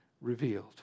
revealed